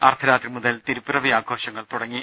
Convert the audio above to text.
അർദ്ധരാത്രി മുതൽ തിരുപ്പിറവി ആഘോഷങ്ങൾ തുടങ്ങി